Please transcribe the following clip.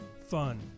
fun